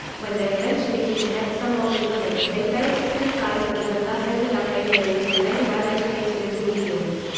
when they eventually did connect somewhat with women, they failed to sympathize with them and thus ended up alienating many well-educated indonesians.